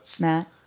Matt